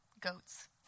goats